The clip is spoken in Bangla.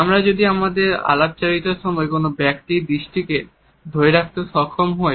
আমরা যদি আমাদের আলাপচারিতার সময় কোন ব্যক্তির দৃষ্টিকে ধরে রাখতে সক্ষম হই